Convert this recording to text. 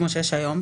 כמו שיש היום,